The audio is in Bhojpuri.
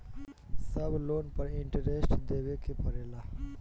सब लोन पर इन्टरेस्ट देवे के पड़ेला?